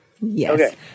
Yes